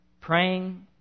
Praying